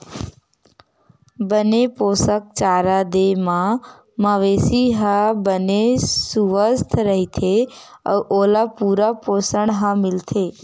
बने पोसक चारा दे म मवेशी ह बने सुवस्थ रहिथे अउ ओला पूरा पोसण ह मिलथे